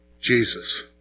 Jesus